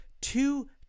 two